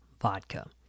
vodka